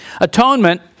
Atonement